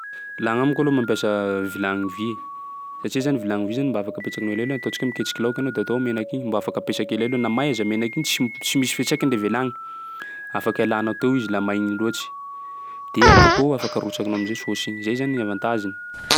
Laha amiko aloha mampiasa vilagny vy, satsia zany vilagny vy zany mba afaky apetsakinao elaela ataontsika hoe miketriky laoky anao de atao ao menaky igny mba afaka ampiasay elaela na may aza menaky igny tsy m- tsy misy fiantraikany le vilagny, afaky alanao teo izy laha maigny loatsy de abakeo de afaka arotsakanao am'zay saosy igny, zay zany ny avantageny.